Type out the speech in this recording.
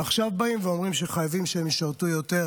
עכשיו באים ואומרים שחייבים שהם ישרתו יותר,